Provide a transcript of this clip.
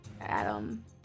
Adam